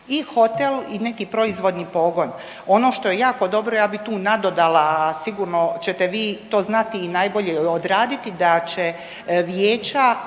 i hotel i neki proizvodni pogon. Ono što je jako dobro ja bi tu nadodala sigurno ćete vi to znati i najbolje odraditi da će vijeća